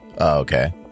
okay